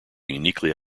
uniquely